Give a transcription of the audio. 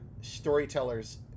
storytellers